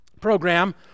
program